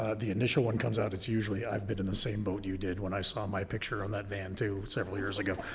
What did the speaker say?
ah the initial one comes out, it's usually, i've been in the same boat you did, when i saw my pic on that van too several years ago,